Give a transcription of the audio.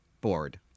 Board